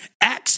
Acts